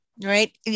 right